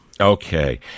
Okay